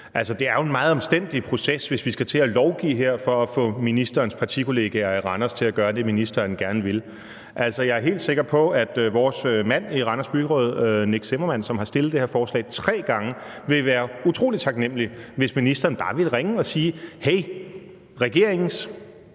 Det er jo en meget omstændelig proces, hvis vi skal til at lovgive her for at få ministerens partikollegaer i Randers til at gøre det, ministeren gerne vil. Jeg er helt sikker på, at vores mand i Randers Byråd, Nick Zimmermann, som har stillet det her forslag tre gange, ville være utrolig taknemlig, hvis ministeren bare ville ringe og sige: Hey, regeringens,